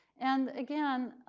and again,